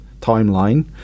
timeline